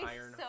Iron